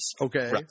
okay